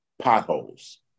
potholes